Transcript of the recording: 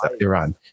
Iran